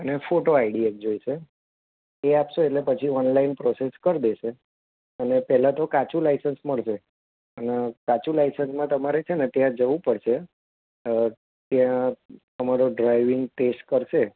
અને photo ID એક જોઈશે એ આપશો એટલે પછી ઓનલાઈન પ્રોસેસ કરી દેશે અને પહેલાં તો કાચું લાઇસન્સ મળશે અને કાચું લાઇસન્સમાં તમારે છે ને ત્યાં જવું પડશે ત્યાં તમારો ડ્રાઇવિંગ ટેસ્ટ કરશે